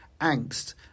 angst